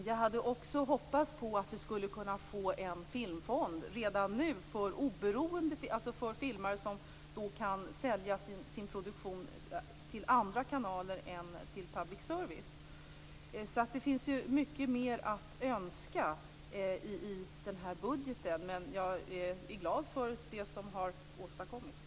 Jag hade också hoppats att vi redan nu kunnat få en filmfond för filmare som kan sälja sin produktion till andra kanaler än public service. Det finns alltså mycket mer att önska i den här budgeten, men jag är glad över det som har åstadkommits.